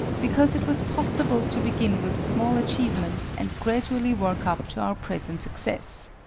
because it was possible to begin with small achievements and gradually work up to our present success.